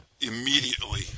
immediately